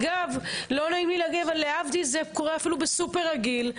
זה קורה אפילו בסופר רגיל.